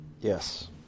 Yes